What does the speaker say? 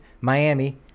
miami